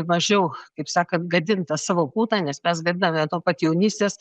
mažiau kaip sakant gadint tą savo kuną nes mes gadiname nuo pat jaunystės